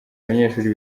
abanyeshuri